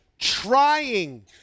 trying